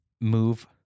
move